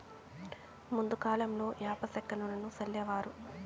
ముందు కాలంలో యాప సెక్క నూనెను సల్లేవారు